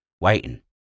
waiting